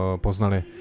poznali